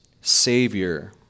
Savior